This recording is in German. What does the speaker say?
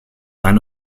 eine